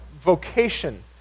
vocation